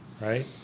Right